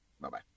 Bye-bye